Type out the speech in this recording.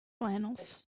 Flannels